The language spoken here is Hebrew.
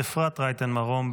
וזה אברהם,